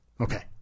Okay